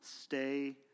stay